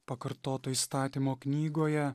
pakartoto įstatymo knygoje